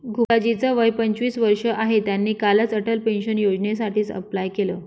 गुप्ता जी च वय पंचवीस वर्ष आहे, त्यांनी कालच अटल पेन्शन योजनेसाठी अप्लाय केलं